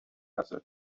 ازت